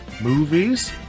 movies